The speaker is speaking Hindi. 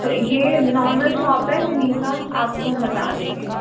तो यह नॉर्मल शॉप है वहीं का आपको हम बता देंगे